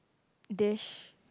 dish